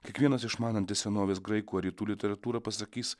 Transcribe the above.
kiekvienas išmanantis senovės graikų rytų literatūrą pasakys